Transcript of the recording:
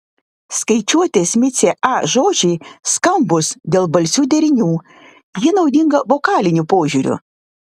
skaičiuotės micė a žodžiai skambūs dėl balsių derinių ji naudinga vokaliniu požiūriu